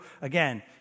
Again